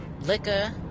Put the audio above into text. liquor